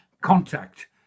contact